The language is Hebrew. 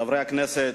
חברי הכנסת,